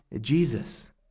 Jesus